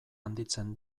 handitzen